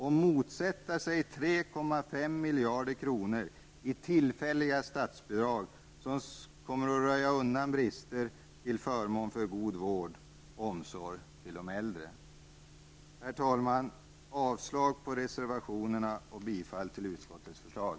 Varför motsätter sig moderaterna 3,5 miljarder i tillfälliga statsbidrag för att röja undan brister till förmån för god vård och omsorg till de äldre? Herr talman! Jag yrkar avslag på reservationerna och bifall till utskottets förslag.